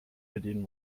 bedienen